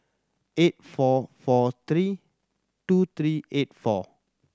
eight four four three two three eight four